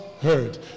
heard